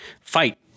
fight